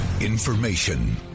Information